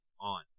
on